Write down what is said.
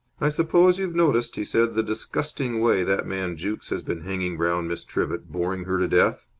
i suppose you've noticed, he said, the disgusting way that man jukes has been hanging round miss trivett, boring her to death?